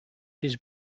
his